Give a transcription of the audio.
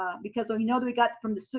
um because we know that we got from the, so